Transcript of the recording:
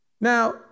Now